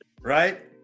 right